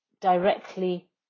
directly